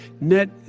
net